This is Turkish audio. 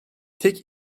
tek